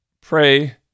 Pray